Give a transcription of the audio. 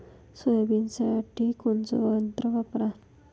सोयाबीनसाठी कोनचं यंत्र वापरा?